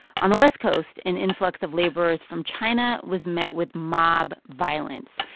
on the west coast, an influx of laborers from china was met with mob violence.